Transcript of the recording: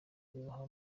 yubaha